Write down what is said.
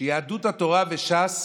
שיהדות התורה וש"ס